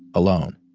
alone.